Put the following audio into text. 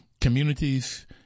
Communities